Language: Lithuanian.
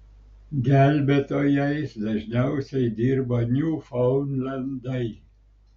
gelbėtojais dažniausiai dirba niūfaundlendai